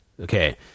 Okay